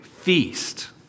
feast